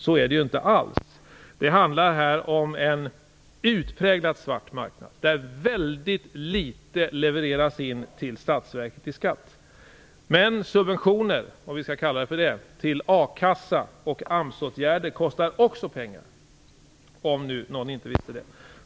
Så är det inte alls. Det handlar här om en utpräglad svart marknad, där väldigt litet levereras in till staten i skatt. Men subventioner, om vi skall kalla det så, till a-kassa och AMS-åtgärder kostar också pengar, om nu någon inte visste det.